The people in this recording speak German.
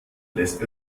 lässt